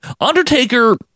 Undertaker